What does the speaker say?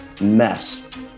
mess